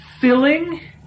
filling